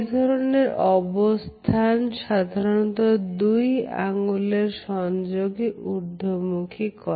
এই ধরনের অবস্থান সাধারণত দুই আঙ্গুল সংযোগে ঊর্ধ্বমুখী করা